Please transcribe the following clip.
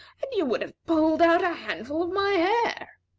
and you would have pulled out a handful of my hair.